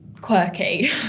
quirky